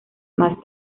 más